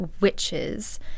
witches